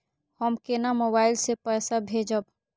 हम केना मोबाइल से पैसा भेजब?